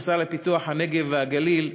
השר לפיתוח הנגב והגליל,